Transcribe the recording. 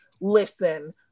listen